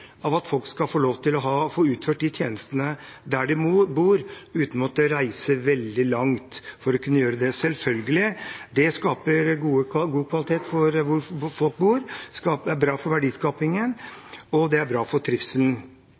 av at folk skal få utført tjenestene der de bor, og ikke måtte reise veldig langt for å kunne gjøre det. Det skaper god kvalitet for folk der de bor, det er bra for verdiskapingen, og det er bra for